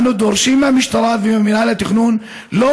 אנו דורשים מהמשטרה וממינהל התכנון שלא